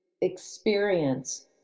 experience